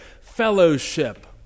fellowship